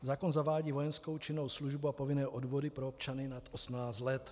Zákon zavádí vojenskou činnou službu a povinné odvody pro občany nad 18 let.